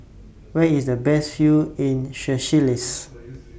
Where IS The Best View in Seychelles